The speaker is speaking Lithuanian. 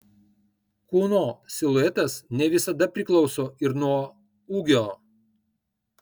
kūno siluetas ne visada priklauso ir nuo ūgio